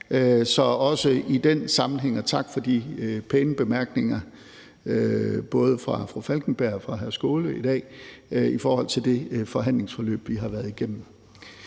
der også i den sammenhæng. Så også tak for de pæne bemærkninger fra både fru Anna Falkenberg og hr. Sjúrður Skaale i dag i forhold til det forhandlingsforløb, vi har været igennem.